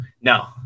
No